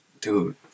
Dude